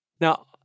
now